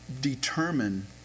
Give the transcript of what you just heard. determine